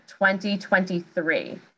2023